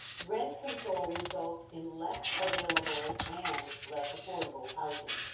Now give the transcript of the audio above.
rent control results in less available and less affordable housing.